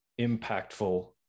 impactful